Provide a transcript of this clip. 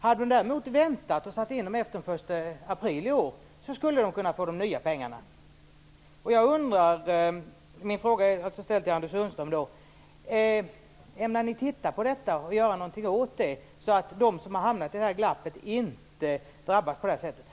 Hade de däremot väntat och satt in investeringarna efter den 1 april i år skulle de ha kunnat få de nya pengarna.